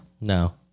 No